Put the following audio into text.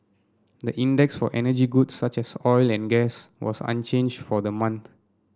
the index for energy goods such as oil and gas was unchanged for the month